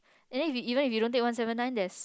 and then if even if you don't take one seven nine there's